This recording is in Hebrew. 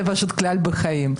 זה כלל בחיים.